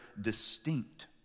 distinct